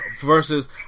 versus